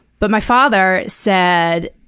but my father said,